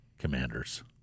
Commanders